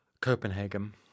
Copenhagen